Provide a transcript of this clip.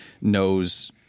knows